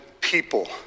people